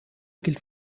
gilt